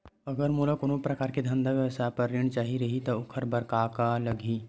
अगर मोला कोनो प्रकार के धंधा व्यवसाय पर ऋण चाही रहि त ओखर बर का का लगही?